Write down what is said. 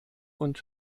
und